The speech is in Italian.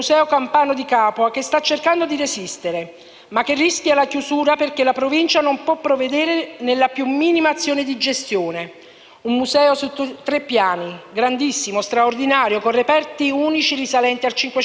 un museo su tre piani, grandissimo, straordinario, con reperti unici risalenti al 500 avanti Cristo. I lavoratori della Provincia e delle società da essa dipendenti non percepiscono ormai lo stipendio da tre mesi